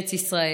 ארץ ישראל.